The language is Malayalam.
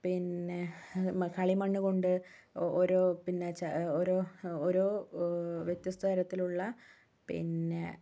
പിന്നെ കളിമണ്ണുകൊണ്ട് ഓരോ പിന്നെ ഓരോ ഓരോ വ്യത്യസ്ത തരത്തിലുള്ള പിന്നെ